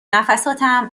نفساتم